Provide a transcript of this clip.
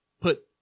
put